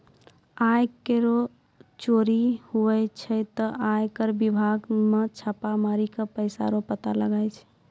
आय कर रो चोरी हुवै छै ते आय कर बिभाग मे छापा मारी के पैसा रो पता लगाय छै